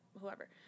whoever